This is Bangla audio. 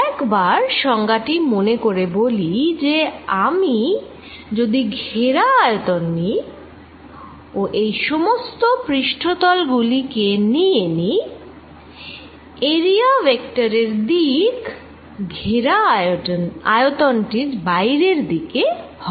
আরেকবার সংজ্ঞা টি মনে করে বলি যে আমি যদি ঘেরা আয়তন নিই ও এই সমস্ত পৃষ্ঠতল গুলি কে নিইয়ে নিই এরিয়া ভেক্টর এর দিক ঘেরা আয়তন টির বাইরের দিকে হবে